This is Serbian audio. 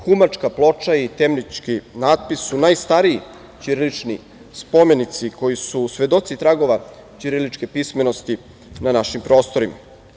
Humačka ploča i Temljički natpis su najstariji ćirilični spomenici, koji su svedoci tragova ćiriličke pismenosti na našim prostorima.